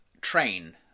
train